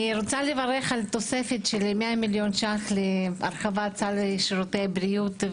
אני רוצה לברך על תוספת של 100 מיליון שקלים להרחבת סל שירותי הבריאות.